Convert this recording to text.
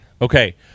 Okay